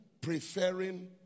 preferring